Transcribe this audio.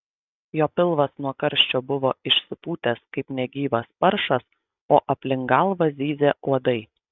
jo pilvas nuo karščio buvo išsipūtęs kaip negyvas paršas o aplink galvą zyzė uodai